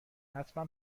حتما